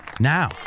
Now